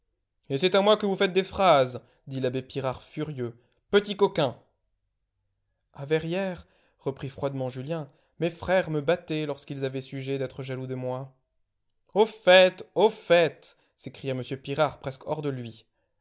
et c'est à moi que vous faites des phrases dit l'abbé pirard furieux petit coquin a verrières reprit froidement julien mes frères me battaient lorsqu'ils avaient sujet d'être jaloux de moi au fait au fait s'écria m pirard presque hors de lui